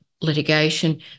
litigation